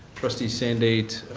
trustee sandate,